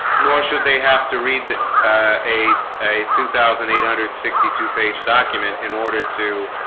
nor should they have to read that a a two thousand eight hundred and sixty two page document in order to